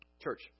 Church